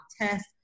test